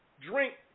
drink